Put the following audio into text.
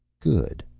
good.